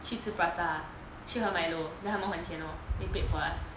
去吃 prata 去喝 Milo then 他们还钱咯 they paid for us